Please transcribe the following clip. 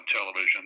television